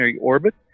orbit